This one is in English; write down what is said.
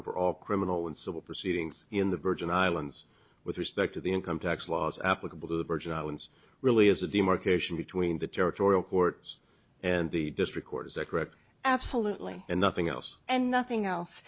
over all criminal and civil proceedings in the virgin islands with respect to the income tax laws applicable to the virgin islands really is a demarcation between the territorial court and the district court is that correct absolutely and nothing else and nothing else